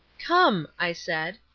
come, i said,